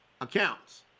accounts